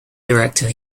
director